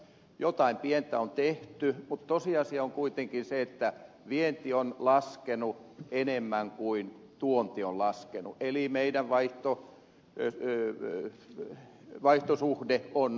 jotain pientä on tehty mutta tosiasia on kuitenkin se että vienti on laskenut enemmän kuin tuonti on laskenut eli meidän vaihtosuhde on huonontunut